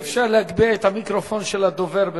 אני